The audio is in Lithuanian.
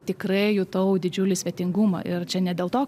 tikrai jutau didžiulį svetingumą ir čia ne dėl to